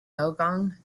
yangon